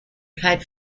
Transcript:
played